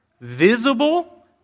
visible